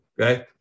okay